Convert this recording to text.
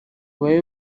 babe